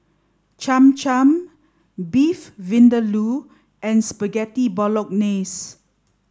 Cham Cham Beef Vindaloo and Spaghetti Bolognese